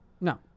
no